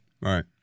Right